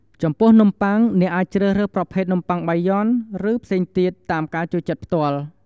ចំពោះនំប័ុង អ្នកអាចជ្រើសរើសប្រភេទនំបុ័ងបាយ័ន ឬផ្សេងទៀត តាមការចូលចិត្តផ្ទាល់។